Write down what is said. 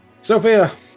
Sophia